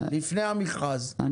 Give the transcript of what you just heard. לפני המכרז,